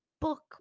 book